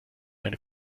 eine